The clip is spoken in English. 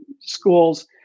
schools